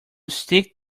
stick